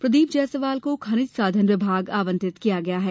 प्रदीप जायसवाल को खनिज साधन विभाग आवंटित किया गया है